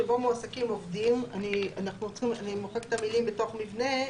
שבו מועסקים עובדים --- אני מוחקת את המילים "בתוך מבנה".